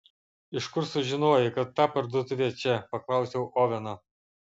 iš kur sužinojai kad ta parduotuvė čia paklausiau oveno